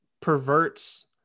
perverts